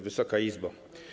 Wysoka Izbo!